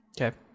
Okay